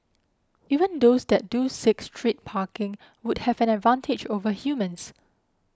even those that do seek street parking would have an advantage over humans